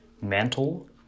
mantle